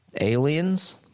aliens